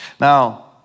Now